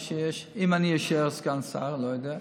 אם אני אישאר סגן שר, אני לא יודע.